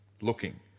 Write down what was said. looking